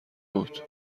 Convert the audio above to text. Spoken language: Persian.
بود